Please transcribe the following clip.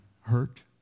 hurt